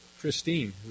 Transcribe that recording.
Christine